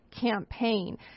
campaign